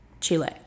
Chile